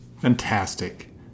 Fantastic